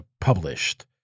published